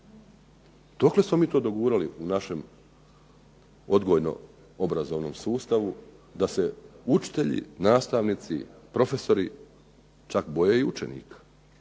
Dokle smo mi to dogurali u našem odgojno-obrazovnom sustavu da se učitelji, nastavnici, profesori čak boje učenika?